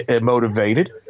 motivated